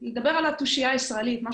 אני מדברת על התושייה הישראלית.